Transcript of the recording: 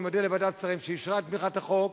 אני מודה לוועדת השרים שאישרה את התמיכה בחוק,